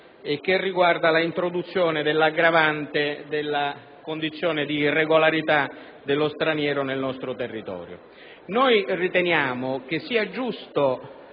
riferimento all'introduzione dell'aggravante della condizione di irregolarità dello straniero nel nostro territorio. Noi riteniamo che sia giusto